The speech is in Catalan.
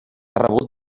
rebut